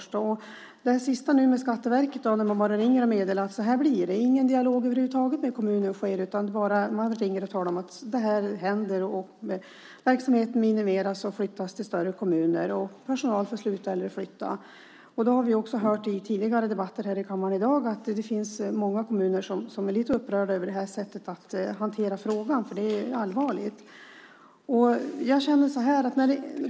När det gäller det här sista med Skatteverket ringde man bara och meddelade att så här blir det. Det skedde över huvud taget ingen dialog med kommunen. Man ringde och talade om att detta händer. Verksamheten minimeras och flyttas till större kommuner. Personal får sluta eller flytta. Vi har också hört i tidigare debatter här i kammaren att det finns många kommuner som är lite upprörda över det här sättet att hantera frågan. Det är allvarligt.